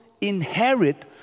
inherit